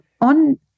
on